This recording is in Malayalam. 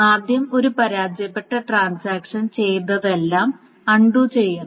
ആദ്യം ഒരു പരാജയപ്പെട്ട ട്രാൻസാക്ഷൻ ചെയ്തതെല്ലാം അൺണ്ടു ചെയ്യണം